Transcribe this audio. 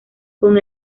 con